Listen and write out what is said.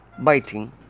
biting